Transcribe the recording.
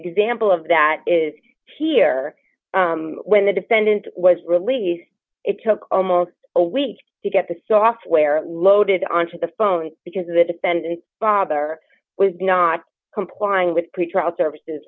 example of that is here when the defendant was released it took almost a week to get the software d loaded onto the phone because the defendant father was not complying with pretrial services